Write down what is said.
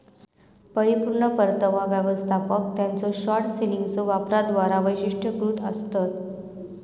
परिपूर्ण परतावा व्यवस्थापक त्यांच्यो शॉर्ट सेलिंगच्यो वापराद्वारा वैशिष्ट्यीकृत आसतत